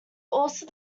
also